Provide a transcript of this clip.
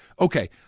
okay